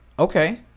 Okay